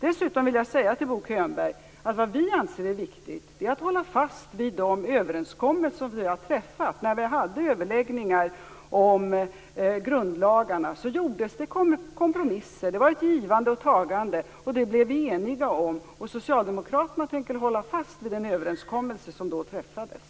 Dessutom vill jag säga till Bo Könberg att det vi anser är viktigt är att hålla fast vid de överenskommelser som vi har träffat. När vi hade överläggningar om grundlagarna gjordes det kompromisser. Det var ett givande och ett tagande. Vi blev eniga. Socialdemokraterna tänker hålla fast vid den överenskommelse som då träffades.